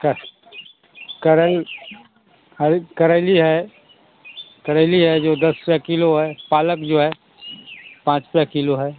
कः करैल ये करैली है करैली है जो दस रुपया किलो है पालक जो है पाँच रुपया किलो है